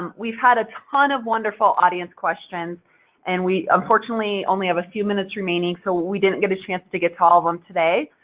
um we've had a ton of wonderful audience questions and we unfortunately only have a few minutes remaining, so we didn't get a chance to get to all of them today.